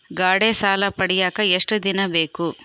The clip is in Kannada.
ಗಾಡೇ ಸಾಲ ಪಡಿಯಾಕ ಎಷ್ಟು ದಿನ ಬೇಕು?